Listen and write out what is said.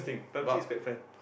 PUB-G is quite fun